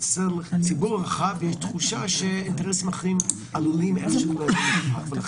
לציבור הרחב יש תחושה שאינטרסים אחרים עלולים לא -- -.לכן